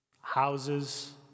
houses